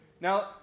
Now